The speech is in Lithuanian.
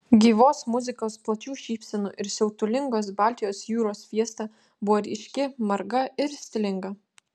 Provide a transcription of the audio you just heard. gyvos muzikos plačių šypsenų ir siautulingos baltijos jūros fiesta buvo ryški marga ir stilinga